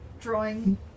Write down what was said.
drawing